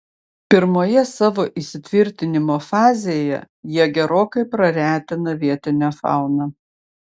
pirmoje savo įsitvirtinimo fazėje jie gerokai praretina vietinę fauną